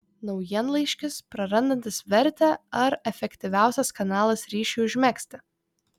naujienlaiškis prarandantis vertę ar efektyviausias kanalas ryšiui užmegzti